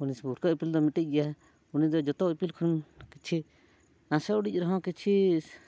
ᱩᱱᱤ ᱵᱷᱩᱨᱠᱟᱹ ᱤᱯᱤᱞ ᱫᱚ ᱢᱤᱫᱴᱤᱡ ᱜᱮᱭᱟᱭ ᱩᱱᱤ ᱫᱚ ᱡᱚᱛᱚ ᱤᱯᱤᱞ ᱠᱷᱚᱱ ᱠᱤᱪᱷᱤ ᱱᱟᱥᱮ ᱩᱰᱤᱡ ᱨᱮᱦᱚᱸ ᱠᱤᱪᱷᱤ